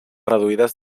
reduïdes